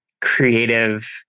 creative